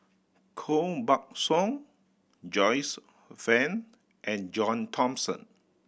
Koh Buck Song Joyce Fan and John Thomson